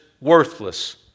worthless